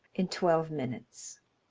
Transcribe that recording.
in twelve minutes.